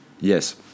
yes